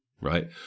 right